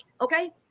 Okay